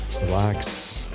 relax